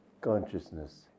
consciousness